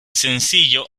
sencillo